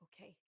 Okay